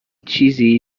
چیزی